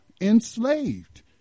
enslaved